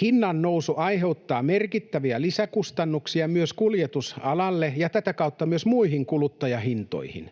Hinnannousu aiheuttaa merkittäviä lisäkustannuksia myös kuljetusalalle ja tätä kautta myös muihin kuluttajahintoihin.